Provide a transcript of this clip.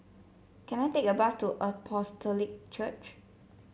can I take a bus to Apostolic Church